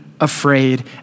afraid